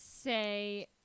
say